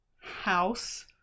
house